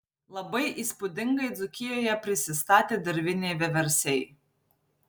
labai įspūdingai dzūkijoje prisistatė dirviniai vieversiai